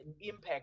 impact